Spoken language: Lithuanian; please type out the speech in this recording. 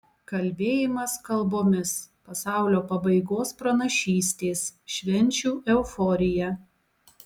kalbėjimas kalbomis pasaulio pabaigos pranašystės švenčių euforija